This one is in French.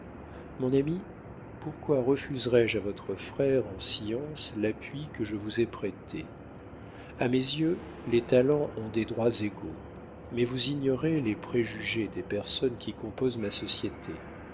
mon ami pourquoi refuserais-je à votre frère en science l'appui que je vous ai prêté a mes yeux les talents ont des droits égaux mais vous ignorez les préjugés des personnes qui composent ma société